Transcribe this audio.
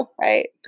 Right